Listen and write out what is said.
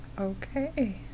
Okay